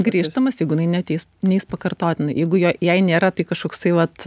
grįždamas jeigu neateis neis pakartotinai jeigu jo jai nėra tai kažkoks tai vat